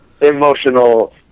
emotional